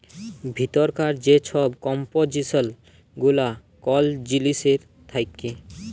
ভিতরকার যে ছব কম্পজিসল গুলা কল জিলিসের থ্যাকে